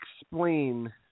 explain